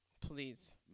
please